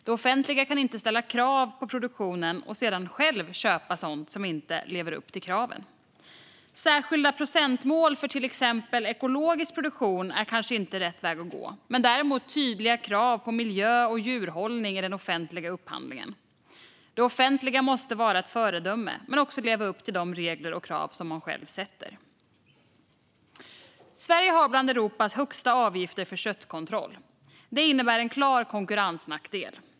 Det offentliga kan inte ställa krav på produktionen och sedan självt köpa sådant som inte lever upp till kraven. Särskilda procentmål för till exempel ekologisk produktion är kanske inte rätt väg att gå, men däremot tydliga krav på miljö och djurhållning i den offentliga upphandlingen. Det offentliga måste vara ett föredöme men också leva upp till de regler och krav man själv sätter. Sverige har bland Europas högsta avgifter för köttkontroll. Det innebär en klar konkurrensnackdel.